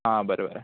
आं बरें बरें